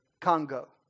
Congo